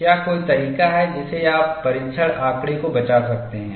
क्या कोई तरीका है जिससे आप परीक्षण आँकड़े को बचा सकते हैं